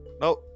Now